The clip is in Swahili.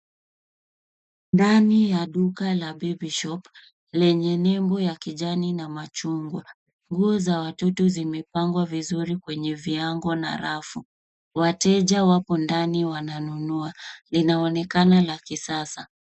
Ndani ya duka la baby shop lenye nembo ya kijani na machungwa. Nguo za watoto zimepangwa vizuri kwenye viwango na rafu. Wateja wapo ndani wananunua linaonekana la kisasa.